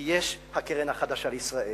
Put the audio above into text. כי יש הקרן החדשה לישראל,